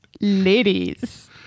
Ladies